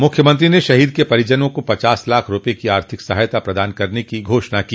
मुख्यमंत्री ने शहीद के परिजनों को पचास लाख रूपये की आर्थिक सहायता प्रदान करने की घोषणा की